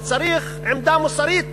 וצריך עמדה מוסרית